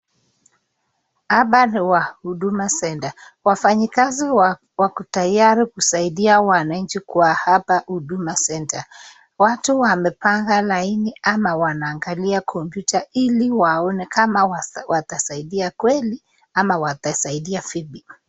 Hapa ni wa huduma center . Wafanyikazi wako tayari kusaidia wananchi kwa hapa huduma center . Watu wamepanga laini ama wanaangalia kompyuta ili waone kama watasaidia kweli ama watasaidia vipi.